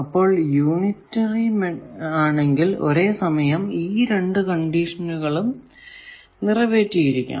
അപ്പോൾ യൂണിറ്ററി ആണെങ്കിൽ ഒരേ സമയം ഈ രണ്ടു കണ്ടിഷനുകളും നിറവേറ്റിയിരിക്കണം